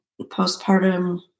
postpartum